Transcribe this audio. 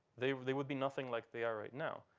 they really would be nothing like they are right now.